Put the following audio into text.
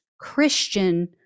Christian